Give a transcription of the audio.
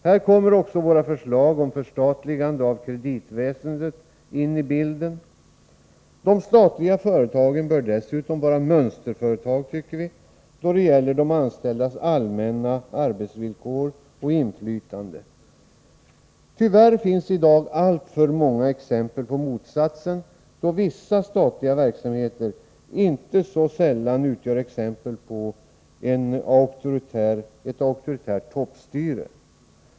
Här kommer också våra förslag om förstatligande av kreditväsendet ini bilden. De statliga företagen bör dessutom vara mönsterföretag då det gäller de anställdas allmänna arbetsvillkor och inflytande. Tyvärr finns i dag alltför många exempel på motsatsen, då vissa statliga verksamheter inte så sällan utgör exempel på ett auktoritärt toppstyre.